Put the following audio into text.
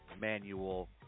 manual